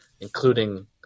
including